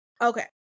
Okay